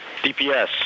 DPS